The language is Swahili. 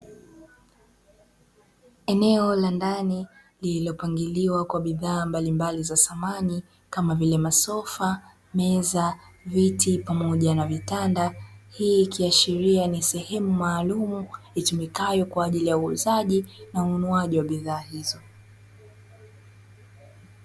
Eneo la ndani lililopangiliwa kwa bidhaa mbalimbali za samani kama vile masofa, meza, viti pamoja na vitanda. Hii kiashiria ni sehemu maalumu itumikayo kwa ajili ya uuzaji na ununuwaji wa bidhaa hizo.